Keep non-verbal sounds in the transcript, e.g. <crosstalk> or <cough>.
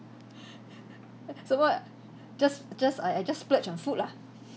<laughs> so what just just I I just splurge on food lah